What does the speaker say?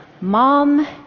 Mom